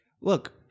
look